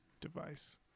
device